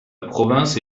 province